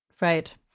Right